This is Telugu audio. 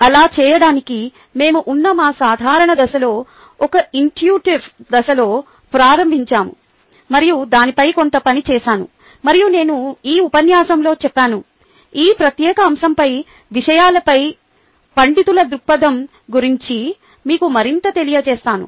అలా చేయడానికి మేము ఉన్న మా సాధారణ దశలో ఒక ఇన్ట్యూటిటివ్ దశలో ప్రారంభించాము మరియు దానిపై కొంత పని చేశాను మరియు నేను ఈ ఉపన్యాసంలో చెప్పాను ఈ ప్రత్యేక అంశంపై విషయాలపై పండితుల దృక్పథం గురించి మీకు మరింత తెలియజేస్తాను